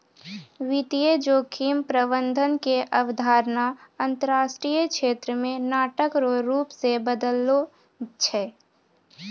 वित्तीय जोखिम प्रबंधन के अवधारणा अंतरराष्ट्रीय क्षेत्र मे नाटक रो रूप से बदललो छै